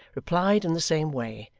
replied in the same way,